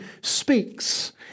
speaks